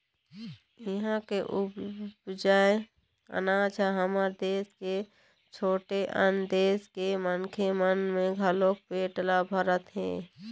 इहां के उपजाए अनाज ह हमर देस के छोड़े आन देस के मनखे मन के घलोक पेट ल भरत हे